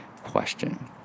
question